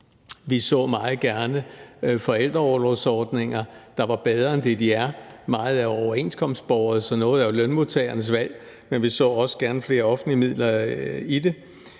vi så meget gerne forældreorlovsordninger, der var bedre end det, de er. Meget er overenskomstbåret, så noget er lønmodtagernes valg, men vi så også gerne flere offentlige midler i det.